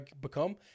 become